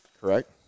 correct